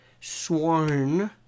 sworn